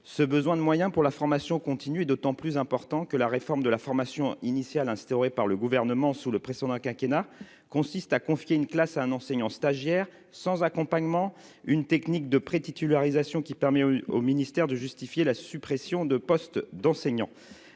ce besoin de moyens pour la formation continue et d'autant plus important que la réforme de la formation initiale, instaurée par le gouvernement sous le précédent quinquennat consiste à confier une classe à un enseignant stagiaire sans accompagnement, une technique de pré-titularisation qui permet au ministère de justifier la suppression de postes d'enseignants